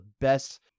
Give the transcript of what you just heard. best